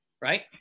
right